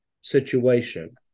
situation